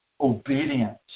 obedience